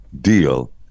deal